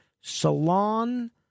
Salon